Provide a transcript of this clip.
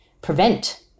prevent